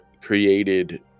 created